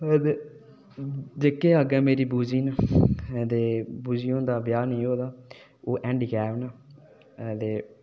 ते जेह्के अग्गै मेरी बूजी न ते बूजी हुंदा ब्याह् नेईं होए दा ओह् हैंड़ीकैप न ते